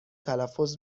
تلفظ